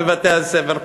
בבתי-ספר,